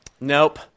nope